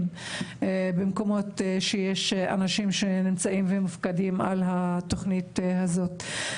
במקומות שיש אנשים שנמצאים ומופקדים על התכנית הזאת.